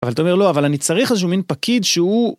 אבל אתה אומר, לא, אבל אני צריך איזשהו מין פקיד שהוא...